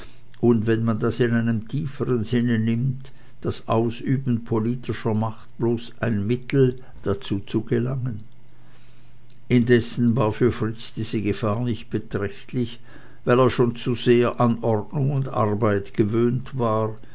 und wenn man das in einem tiefern sinne nimmt das ausüben politischer rechte bloß ein mittel dazu zu gelangen indessen war für fritz diese gefahr nicht beträchtlich weil er schon zu sehr an ordnung und arbeit gewöhnt war